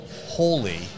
holy